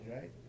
right